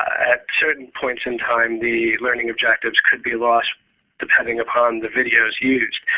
at certain points in time, the learning objectives could be lost depending upon the videos used.